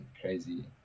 crazy